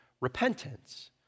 repentance